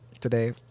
today